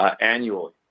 annually